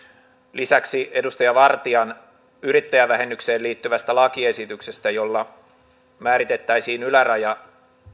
lisäksi edustaja vartian yrittäjävähennykseen liittyvästä lakiesityksestä jolla määritettäisiin yläraja